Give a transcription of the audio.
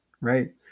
right